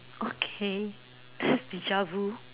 okay deja-vu